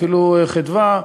אפילו חדווה,